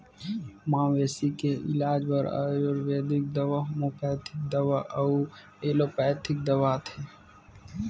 मवेशी के इलाज बर आयुरबेदिक दवा, होम्योपैथिक दवा अउ एलोपैथिक दवा आथे